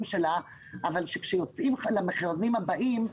שלה אבל כאשר יוצאים למכרזים הבאים,